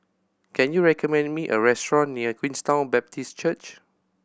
can you recommend me a restaurant near Queenstown Baptist Church